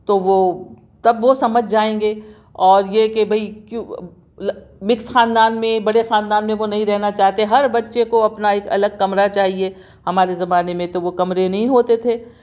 تو وہ تب وہ سمجھ جائیں گے اور یہ کہ بھائی مکس خاندان میں بڑے خاندان میں وہ نہیں رہنا چاہتے ہر بچے کو اپنا ایک الگ کمرہ چاہئے ہمارے زمانے میں تو وہ کمرے نہیں ہوتے تھے